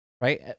Right